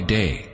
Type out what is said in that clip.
day